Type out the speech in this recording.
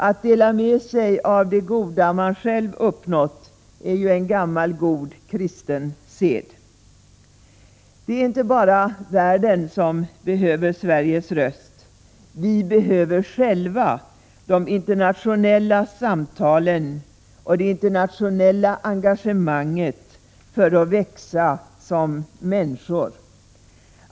Att dela med sig av det goda man själv uppnått är ju en gammal god kristen sed. Det är inte bara världen som behöver Sveriges röst, vi behöver själva de internationella samtalen och det internationella engagemanget för att växa som människor.